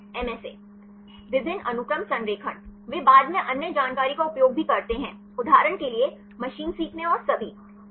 छात्र MSA विभिन्न अनुक्रम संरेखण वे बाद में अन्य जानकारी का उपयोग भी करते हैं उदाहरण के लिए मशीन सीखने और सभी